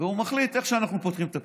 והוא מחליט שאיך שאנחנו פותחים את הפה,